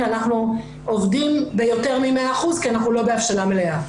כי אנחנו עובדים ביותר מ-100% כי אנחנו לא בהבשלה מלאה.